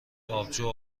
آبجو